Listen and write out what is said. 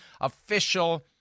official